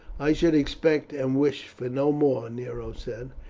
i should expect and wish for no more, nero said.